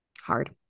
hard